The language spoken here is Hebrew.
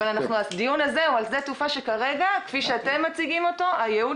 אבל הדיון הזה הוא על שדה תעופה שכפי שאתם מציגים אותו הייעוד